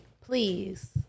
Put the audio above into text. Please